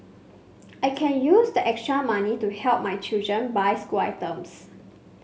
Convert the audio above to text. I can use the extra money to help my children buy school items